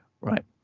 right